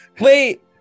wait